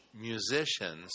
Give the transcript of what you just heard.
musicians